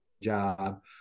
job